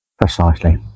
Precisely